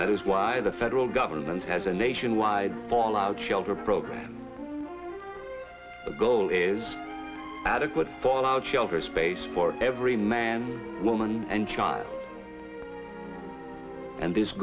that is why the federal government has a nationwide fallout shelter program the goal is adequate fallout shelter space for every man woman and child and this